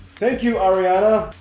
thank you, arianna